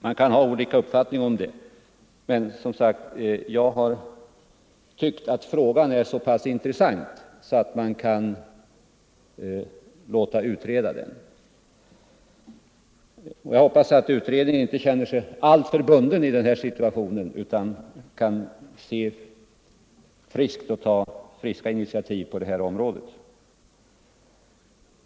Vi kan ha olika uppfattningar om det, men jag har, som sagt, tyckt att frågan är så pass intressant att vi kan låta utreda den. Jag hoppas att utredningen inte känner sig alltför bunden i den här situationen utan kan se friskt och ta nya initiativ på området.